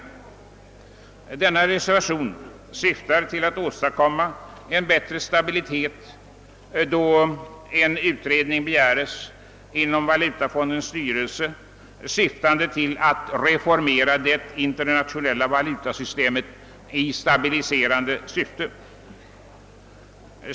I denna reservation begärs att Sverige genom sin representation i Internationella valutafondens styrelse skall verka för en skyndsam utredning i syfte att förbättra det internationella valutasystemets funktionssätt.